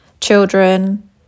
children